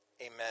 Amen